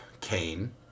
Cain